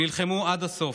הם נלחמו עד הסוף,